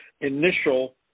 initial